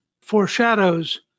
foreshadows